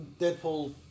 Deadpool